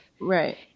Right